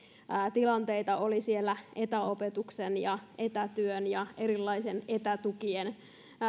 tilanteita oli siellä etäopetuksen ja etätyön ja erilaisten etätukien